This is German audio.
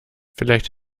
vielleicht